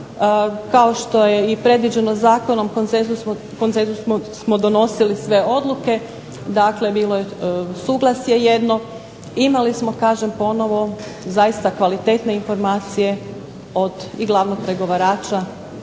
Kao što je i predviđeno zakonom konsenzusom smo donosili sve odluke. Dakle, bilo je jedno suglasje. Imali smo kažem ponovo zaista kvalitetne informacije od glavnog pregovarača